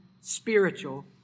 spiritual